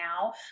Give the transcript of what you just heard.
now